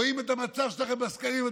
רואים את המצב שלכם בסקרים.